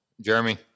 Jeremy